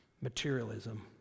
materialism